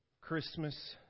Christmas